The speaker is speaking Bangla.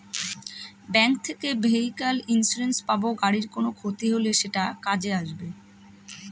ব্যাঙ্ক থেকে ভেহিক্যাল ইন্সুরেন্স পাব গাড়ির কোনো ক্ষতি হলে সেটা কাজে আসবে